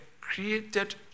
created